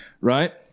right